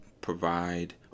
provide